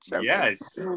Yes